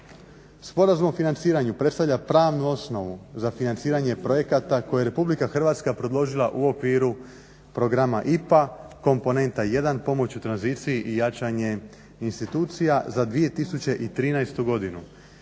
Sporazum o financiranju predstavlja pravnu osnovu za financiranje projekata koje je Republika Hrvatska predložila u okviru Programa IPA komponenta 1-pomoć u tranziciji i jačanje institucija za 2013. godinu.